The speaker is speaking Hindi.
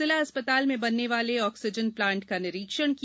जिला अस्पताल में बनने वाले ऑक्सीजन प्लांट का निरीक्षण किया